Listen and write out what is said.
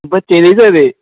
बच्चें ई देई सकदे